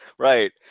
Right